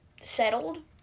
settled